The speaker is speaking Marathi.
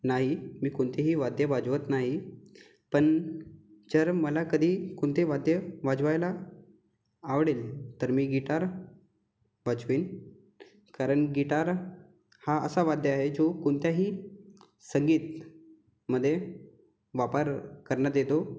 नाही मी कोणतेही वाद्य वाजवत नाही पण जर मला कधी कोणते वाद्य वाजवायला आवडेल तर मी गिटार वाजवीन कारण गिटार हा असा वाद्य आहे जो कोणत्याही संगीतमध्ये वापर करण्यात येतो